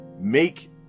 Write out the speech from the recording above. make